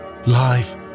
Life